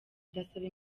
ndasaba